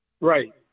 Right